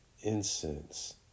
incense